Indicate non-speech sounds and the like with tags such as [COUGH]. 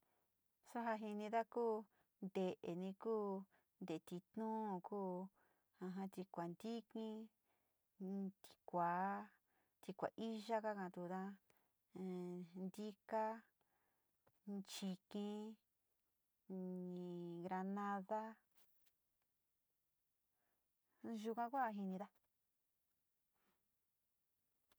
Su ja jinida kou te’eni ku, te´etituu, [LAUGHS] tikua ntiki, tikua iya kaka´atuda, ee ntika, chi kii, granada, yuga kua jinida.